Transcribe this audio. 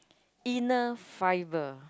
inner fibre